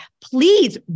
Please